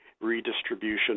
redistribution